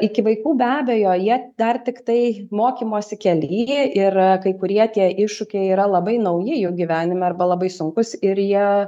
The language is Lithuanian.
iki vaikų be abejo jie dar tiktai mokymosi kely ir kai kurie tie iššūkiai yra labai nauji jų gyvenime arba labai sunkūs ir jie